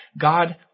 God